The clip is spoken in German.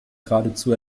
geradezu